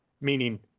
meaning